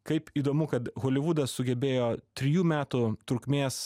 kaip įdomu kad holivudas sugebėjo trijų metų trukmės